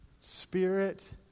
spirit